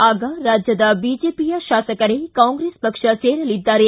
ಆಗ ರಾಜ್ಯದ ಬಿಜೆಪಿಯ ಶಾಸಕರೇ ಕಾಂಗ್ರೇಸ ಪಕ್ಷ ಸೇರಲಿದ್ದಾರೆ